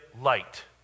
light